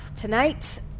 Tonight